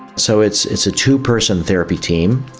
so it's it's a two-person therapy team,